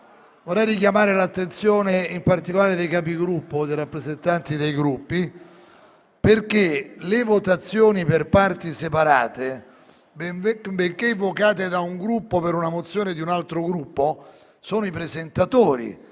Vorrei richiamare l'attenzione in particolare dei Capigruppo, perché le richieste di votazione per parti separate, benché avanzate da un Gruppo per una mozione di un altro Gruppo, sono i presentatori